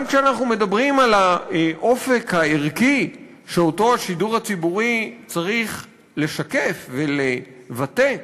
גם כשאנחנו מדברים על האופק הערכי שהשידור הציבורי צריך לשקף ולבטא,